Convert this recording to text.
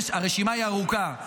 הרשימה ארוכה,